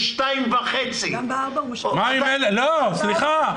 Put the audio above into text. זה 2.5. סליחה,